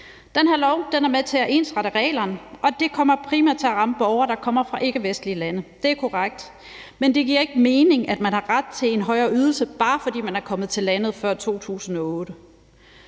Det her lovforslag er med til at ensrette reglerne, og det er korrekt, at det primært kommer til at ramme borgere, der kommer fra ikkevestlige lande. Men det giver ikke mening, at man har ret til en højere ydelse, bare fordi man er kommet til landet før 2008.